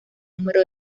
número